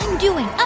doing? ah